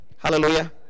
Hallelujah